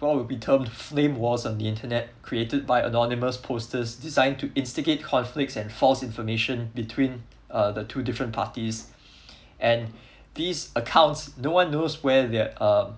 law will be termed flame wars on the internet created by anonymous posters designed to instigate conflict and false information between uh the two different parties and these accounts no one knows where they're uh